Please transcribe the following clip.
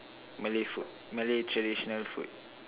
malay food malay traditional food